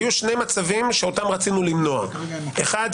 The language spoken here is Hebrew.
היו שני מצבים שאותם רצינו למנוע: אחד,